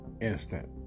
instant